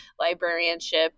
librarianship